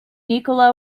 nikola